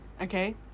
Okay